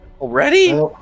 Already